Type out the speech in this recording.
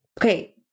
okay